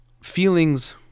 feelings